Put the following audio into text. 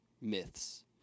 myths